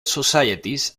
societies